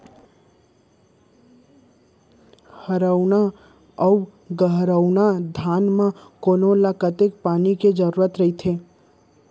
हरहुना अऊ गरहुना धान म कोन ला कतेक पानी के जरूरत रहिथे?